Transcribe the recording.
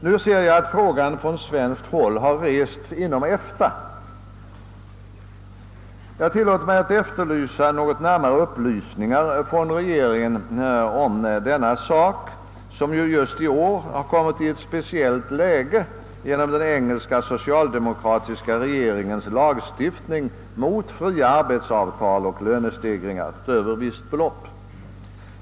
Nu ser jag att frågan från svenskt håll har rests inom EFTA. Jag tillåter mig att efterlysa något närmare upplysningar från regeringen om denna sak, som just i år kommit i ett speciellt läge genom den engelska socialdemokratiska regeringens lagstiftning mot fria arbetsavtal och lönestegringar utöver visst belopp.